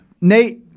Nate